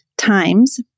times